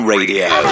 Radio